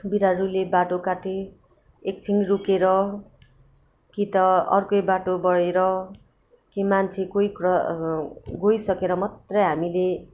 बिरालोले बाटो काटे एकछिन रोकेर कि त अर्कै बाटो भएर कि मान्छे कोही क्र गइसकेर मात्रै हामीले